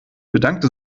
bedankte